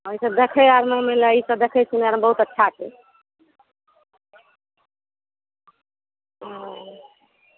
ओहि सब देखै आर मिल देखै सुनैमे बहुत अच्छा छै ओ